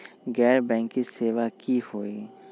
गैर बैंकिंग सेवा की होई?